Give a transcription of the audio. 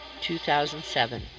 2007